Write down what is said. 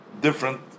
different